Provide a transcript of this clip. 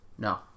No